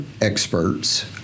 experts